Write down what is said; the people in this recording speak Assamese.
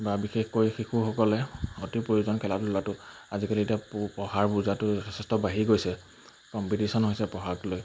বা বিশেষকৈ শিশুসকলে অতি প্ৰয়োজন খেলা ধূলাটো আজিকালি এতিয়া পু পঢ়াৰ বুজাটো যথেষ্ট বাঢ়ি গৈছে কম্পিটিশ্যন হৈছে পঢ়াক লৈ